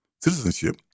citizenship